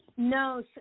No